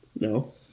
No